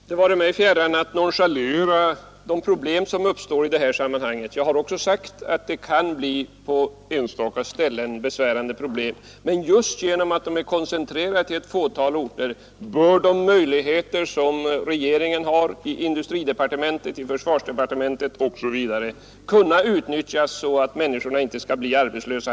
Herr talman! Det vare mig fjärran att vilja nonchalera de problem som uppstår i detta sammanhang. Jag har också sagt att det på enstaka orter kan bli besvärande problem. Men just på grund av att de är koncentrerade till ett fåtal orter bör man med den beredskap som regeringen har, bl.a. i industridepartementet och försvarsdepartementet, kunna förhindra att människorna blir arbetslösa.